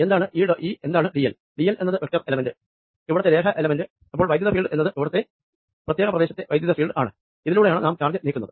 എന്താണ് ഇ എന്താണ് ഡിഎൽ ഡി എൽ എന്നത് വെക്ടർ എലമെന്റ് ഇവിടത്തെ രേഖ എലമെന്റ് അപ്പോൾ വൈദ്യുത ഫീൽഡ് എന്നത് ഇവിടത്തെ പ്രത്യേക പ്രദേശത്തെ ഇലക്ട്രിക് ഫീൽഡാണ് ഇതിലൂടെയാണ് നാം ചാർജ് നീക്കുന്നത്